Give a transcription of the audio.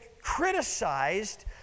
criticized